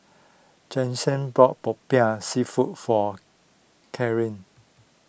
Jensen bought Popiah Seafood for Kathern